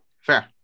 fair